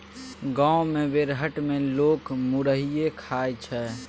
गाम मे बेरहट मे लोक मुरहीये खाइ छै